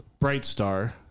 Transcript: Brightstar